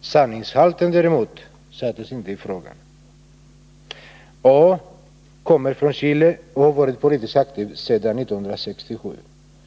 Sanningshalten däremot sattes inte i 6 ; fråga. arna för asyl i É Er | 2 Sverige A kommer från Chile och har varit politiskt aktiv sedan 1967.